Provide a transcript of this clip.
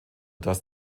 dass